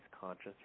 conscious